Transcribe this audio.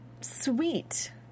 sweet